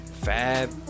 Fab